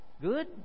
Good